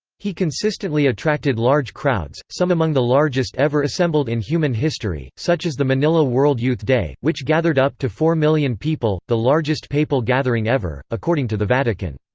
he consistently attracted large crowds, some among the largest ever assembled in human history, such as the manila world youth day, which gathered up to four million people, the largest papal gathering ever, according to the vatican.